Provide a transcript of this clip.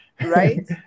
Right